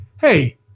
hey